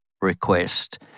request